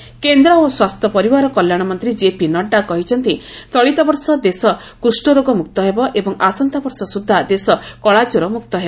Nadda leprosy କେନ୍ଦ୍ର ଓ ସ୍ୱାସ୍ଥ୍ୟ ପରିବାର କଲ୍ୟାଣ ମନ୍ତ୍ରୀ କ୍ଷେପି ନଡ୍ରା କହିଛନ୍ତି ଚଳିତବର୍ଷ ଦେଶ କୁଷ୍ଠ ରୋଗ ମୁକ୍ତ ହେବ ଏବଂ ଆସନ୍ତାବର୍ଷ ସ୍ରଦ୍ଧା ଦେଶ କଳାଜ୍ୱର ମ୍ରକ୍ତ ହେବ